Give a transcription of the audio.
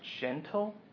gentle